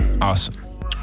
Awesome